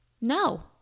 No